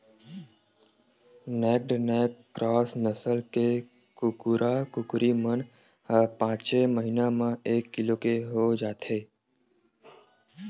naked neck cross नसल के कुकरा, कुकरी मन ह पाँचे महिना म एक किलो के हो जाथे